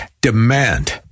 Demand